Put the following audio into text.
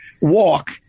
walk